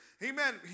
Amen